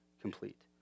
complete